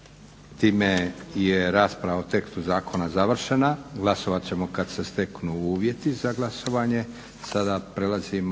Time je rasprava o tekstu zakona završena. Glasovat ćemo kada se steknu uvjeti. **Stazić, Nenad (SDP)** Prelazimo